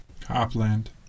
Copland